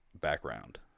background